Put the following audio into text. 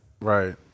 Right